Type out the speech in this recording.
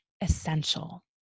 essential